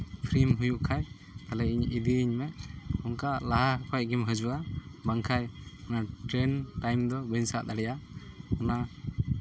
ᱯᱷᱨᱤᱢ ᱦᱩᱭᱩᱜ ᱠᱷᱟᱱ ᱛᱟᱦᱚᱞᱮ ᱤᱧ ᱤᱫᱤᱭᱤᱧ ᱢᱮ ᱚᱱᱠᱟ ᱞᱟᱦᱟ ᱠᱷᱚᱱ ᱜᱮᱢ ᱦᱤᱡᱩᱜᱼᱟ ᱵᱟᱝᱠᱷᱟᱱ ᱚᱱᱟ ᱴᱨᱮᱱ ᱴᱟᱭᱤᱢ ᱫᱚ ᱵᱟᱹᱧ ᱥᱟᱵ ᱫᱟᱲᱮᱭᱟᱜᱼᱟ ᱚᱱᱟ